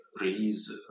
release